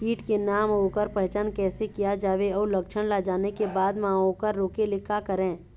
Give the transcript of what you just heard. कीट के नाम अउ ओकर पहचान कैसे किया जावे अउ लक्षण ला जाने के बाद मा ओकर रोके ले का करें?